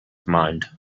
mind